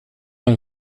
man